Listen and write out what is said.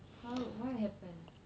how what happened